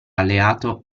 alleato